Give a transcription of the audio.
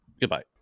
goodbye